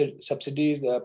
subsidies